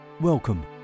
Welcome